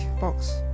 box